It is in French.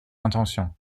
intention